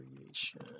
creation